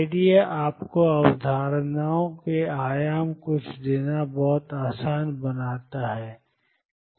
idea आपको अवधारणाओं को एक आयाम देना आसान बनाता है